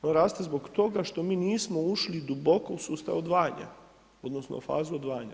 Ona raste zbog toga što mi nismo ušli duboko u sustav odvajanja, odnosno u fazu odvajanja.